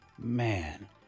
Man